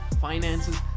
finances